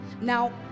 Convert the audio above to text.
Now